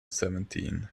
seventeen